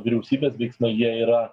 vyriausybės veiksmai jie yra